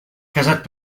casat